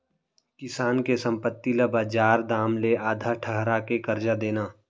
किसान के संपत्ति ल बजार दाम ले आधा ठहरा के करजा देना